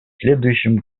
следующем